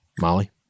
Molly